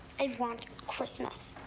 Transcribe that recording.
i want christmas.